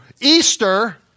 Easter